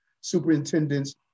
superintendents